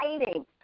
exciting